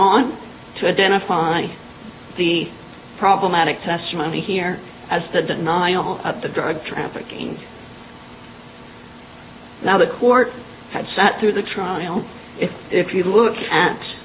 on to identify the problematic testimony here as the denial of the drug trafficking now the court had sat through the trial if you look at